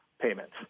payments